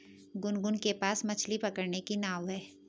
गुनगुन के पास मछ्ली पकड़ने की नाव है